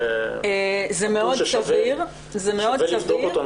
זה נתון ששווה לבדוק אותו.